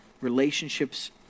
relationships